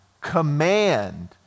command